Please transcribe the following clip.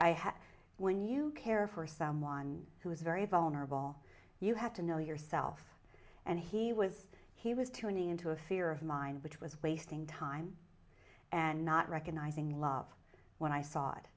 have when you care for someone who is very vulnerable you have to know yourself and he was he was tuning into a fear of mine which was wasting time and not recognizing love when i saw it